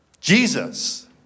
Jesus